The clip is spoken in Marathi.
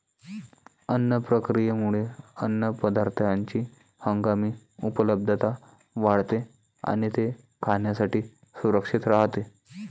अन्न प्रक्रियेमुळे अन्नपदार्थांची हंगामी उपलब्धता वाढते आणि ते खाण्यासाठी सुरक्षित राहते